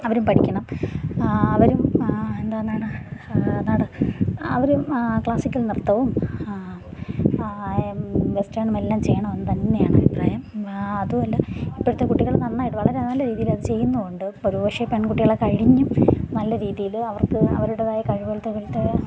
അവരും പഠിക്കണം അവരും എന്തോന്നാണ് അവരും ക്ലാസിക്കൽ നൃത്തവും വെസ്റ്റേണും എല്ലാം ചെയ്യണമെന്നുതന്നെയാണ് അഭിപ്രായം അതുമല്ല ഇപ്പോഴത്തെ കുട്ടികൾ നന്നായിട്ട് വളരെനല്ല രീതിയിൽ അത് ചെയ്യുന്നുമുണ്ട് ഒരുപക്ഷെ പെൺകുട്ടികളെ കഴിഞ്ഞും നല്ലരീതിയിൽ അവർക്ക് അവരുടേതായ കഴിവുകൾ തീർത്ത്